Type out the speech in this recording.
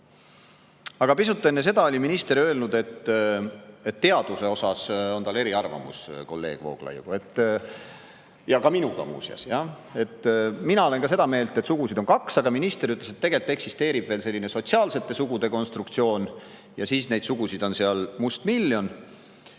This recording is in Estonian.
Aga pisut enne seda oli minister öelnud, et teaduse osas on tal eriarvamus kolleeg Vooglaiuga. Ja ka minuga, muuseas. Mina olen ka seda meelt, et sugusid on kaks, aga minister ütles, et tegelikult eksisteerib veel selline sotsiaalsete sugude konstruktsioon ja siis neid sugusid on mustmiljon. Ja